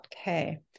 Okay